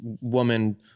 woman